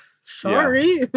sorry